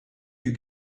you